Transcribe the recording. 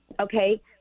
okay